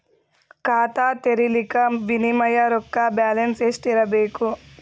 ಖಾತಾ ತೇರಿಲಿಕ ಮಿನಿಮಮ ರೊಕ್ಕ ಬ್ಯಾಲೆನ್ಸ್ ಎಷ್ಟ ಇರಬೇಕು?